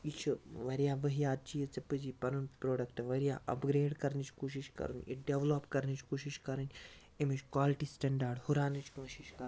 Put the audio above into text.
یہِ چھُ واریاہ ؤہیات چیٖز ژےٚ پَزی پَنُن پرٛوڈَکٹہٕ واریاہ اَپ گرٛیڈ کَرنٕچ کوٗشِش کَرُن یہِ ڈیٚولَپ کَرنٕچ کوٗشِش کَرٕنۍ ایٚمِچ کالٹی سِٹنٛداڈ ہُراونٕچ کوٗشِش کَرٕنۍ